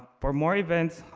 for more events,